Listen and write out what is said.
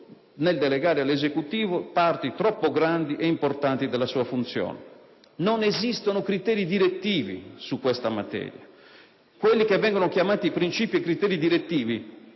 nel delegare all'Esecutivo parti troppo grandi ed importanti della sua funzione. Non esistono criteri direttivi su questa materia; quelli che vengono chiamati princìpi e criteri direttivi